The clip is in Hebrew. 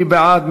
מי בעד?